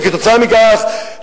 וכתוצאה מכך,